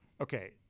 Okay